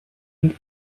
and